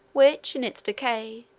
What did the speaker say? which, in its decay,